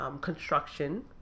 construction